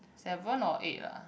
seven or eight lah